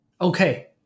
okay